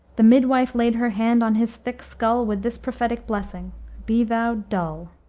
the midwife laid her hand on his thick skull with this prophetic blessing be thou dull.